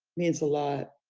means a lot.